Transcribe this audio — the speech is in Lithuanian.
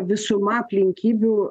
visuma aplinkybių